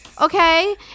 Okay